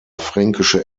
fränkische